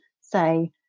say